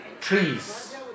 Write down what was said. trees